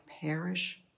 perish